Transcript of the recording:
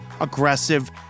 aggressive